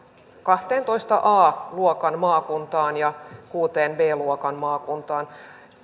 kahteentoista a luokan maakuntaan ja kuuteen b luokan maakuntaan